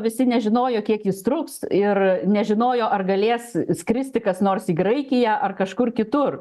visi nežinojo kiek jis truks ir nežinojo ar galės skristi kas nors į graikiją ar kažkur kitur